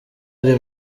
ari